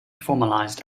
formalized